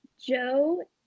Joe